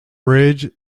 bridge